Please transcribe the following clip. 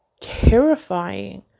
terrifying